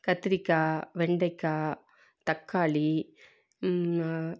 கத்திரிக்காய் வெண்டைக்காய் தக்காளி